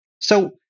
So-